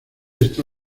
está